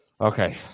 Okay